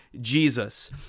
Jesus